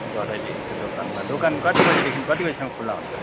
घटाइदिन्छ दोकानमा दोकान कति बजीदेखि कति बजीसम्म खुल्ला हुन्छ